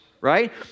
right